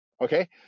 Okay